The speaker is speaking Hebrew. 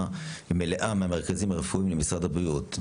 מלאה מהמרכזים הרפואיים למשרד הבריאות.